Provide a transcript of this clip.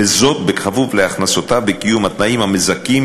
וזאת בכפוף להכנסותיו בקיום התנאים המזכים